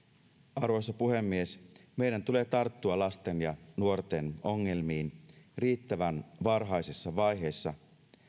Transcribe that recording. arvoisa puhemies meidän tulee tarttua lasten ja nuorten ongelmiin riittävän varhaisessa vaiheessa